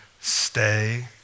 stay